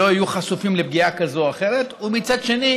שלא יהיו חשופים לפגיעה כזאת או אחרת, ומצד שני